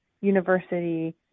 university